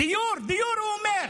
דיור, דיור, הוא אומר.